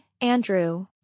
Andrew